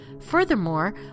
Furthermore